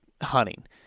hunting